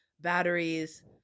batteries